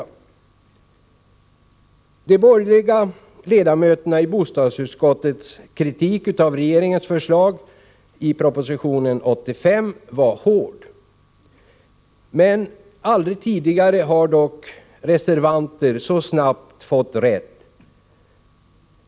Den kritik som de borgerliga ledamöterna i bostadsutskottet riktade mot regeringens förslag i propositionen 85 var hård. Aldrig tidigare har reservanter så snabbt fått rätt.